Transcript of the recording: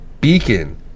beacon